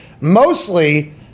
mostly